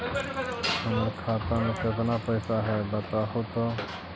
हमर खाता में केतना पैसा है बतहू तो?